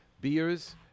beers